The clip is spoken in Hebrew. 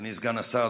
אדוני סגן השר,